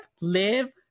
live